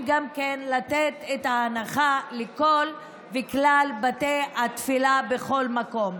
לתת את ההנחה לכלל בתי התפילה בכל מקום.